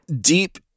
deep